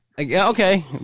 Okay